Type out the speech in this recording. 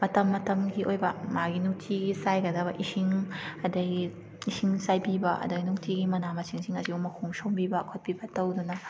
ꯃꯇꯝ ꯃꯇꯝꯒꯤ ꯑꯣꯏꯕ ꯃꯥꯒꯤ ꯅꯨꯡꯇꯤꯒꯤ ꯆꯥꯏꯒꯗꯕ ꯏꯁꯤꯡ ꯑꯗꯒꯤ ꯏꯁꯤꯡ ꯆꯥꯏꯕꯤꯕ ꯑꯗꯒꯤ ꯅꯨꯡꯇꯤꯒꯤ ꯃꯅꯥ ꯃꯁꯤꯡꯁꯤꯡ ꯑꯁꯤꯕꯨ ꯃꯈꯣꯡ ꯁꯣꯝꯕꯤꯕ ꯈꯣꯠꯄꯤꯕ ꯇꯧꯗꯨꯅ